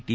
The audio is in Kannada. ಟಿ